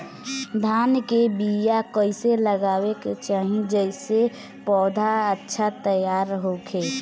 धान के बीया कइसे लगावे के चाही जेसे पौधा अच्छा तैयार होखे?